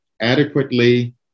adequately